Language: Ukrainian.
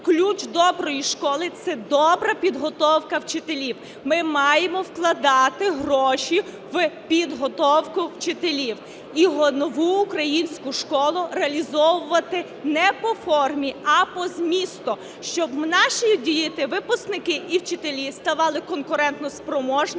ключ доброї школи – це добра підготовка вчителів. Ми маємо вкладати гроші в підготовку вчителів і "Нову українську школу" реалізовувати не по формі, а по змісту, щоб наші діти, випускники і вчителі ставали конкурентоспроможними